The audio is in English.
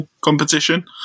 competition